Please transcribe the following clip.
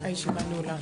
הישיבה נעולה.